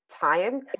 time